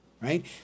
right